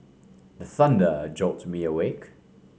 the thunder jolt me awake